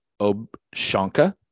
Obshanka